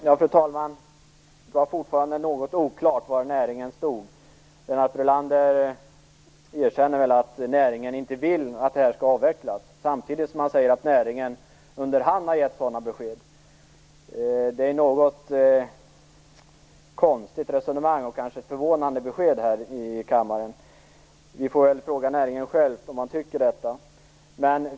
Fru talman! Det var fortfarande något oklart var näringen står. Lennart Brunander erkänner att näringen inte vill att det här skall avvecklas, samtidigt som han säger att näringen under hand har gett sådana besked. Det är ett något konstigt resonemang och ett förvånande besked här i kammaren. Vi får väl fråga näringen själv om den tycker detta.